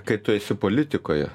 kai tu esi politikoje